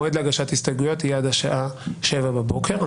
המועד להגשת הסתייגויות יהיה עד השעה 07:00 בבוקר.